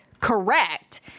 correct